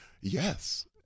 yes